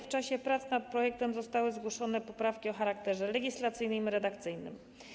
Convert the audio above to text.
W czasie prac nad nim zostały zgłoszone poprawki o charakterze legislacyjnym i redakcyjnym.